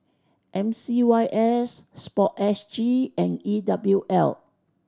M C Y S Sport S G and E W L